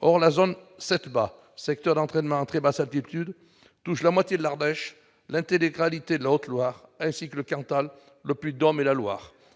Or la zone SETBA, les secteurs d'entraînement à très basse altitude, touche la moitié de l'Ardèche, l'intégralité de la Haute-Loire, ainsi que le Cantal, le Puy-de-Dôme et la Loire,